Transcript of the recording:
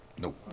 Nope